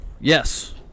yes